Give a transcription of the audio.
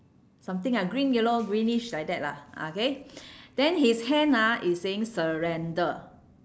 something ah green yellow greenish like that lah ah okay then his hand ah is saying surrender